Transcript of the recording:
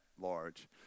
large